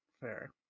Fair